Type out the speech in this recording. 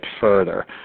further